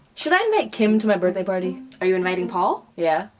should i invite kim to my birthday party? are you inviting paul? yeah.